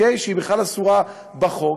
שהיא בכלל אסורה בחוק,